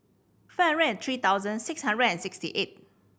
five hundred and three thousand six hundred and sixty eight